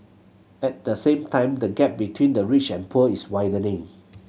at the same time the gap between the rich and poor is widening